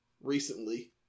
recently